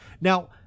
Now